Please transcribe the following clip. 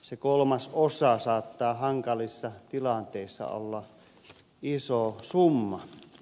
se kolmasosa saattaa hankalissa tilanteissa olla iso summa